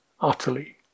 utterly